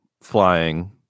flying